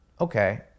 Okay